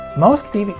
most d,